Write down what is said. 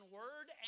word